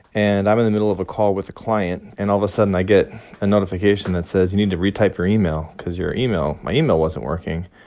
and i'm in the middle of a call with a client. and all of a sudden, i get a notification that says, you need to retype your email because your email my email wasn't working.